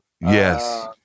Yes